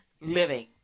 living